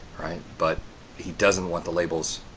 right but he doesn't want the labels,